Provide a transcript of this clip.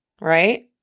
right